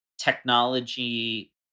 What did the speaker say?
technology